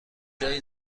جایی